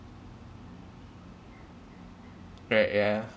right yeah